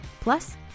Plus